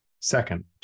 Second